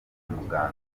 muganga